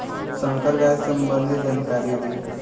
संकर गाय सबंधी जानकारी दी?